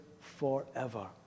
forever